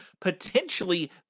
potentially